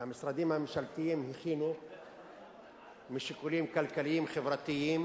והמשרדים הממשלתיים הכינו משיקולים כלכליים-חברתיים,